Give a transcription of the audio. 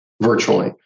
virtually